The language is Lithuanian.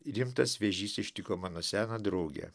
rimtas vėžys ištiko mano seną draugę